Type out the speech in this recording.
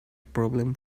problem